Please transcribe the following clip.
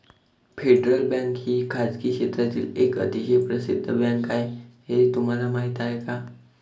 Federal Bank ही खासगी क्षेत्रातील एक अतिशय प्रसिद्ध बँक आहे हे तुम्हाला माहीत आहे का?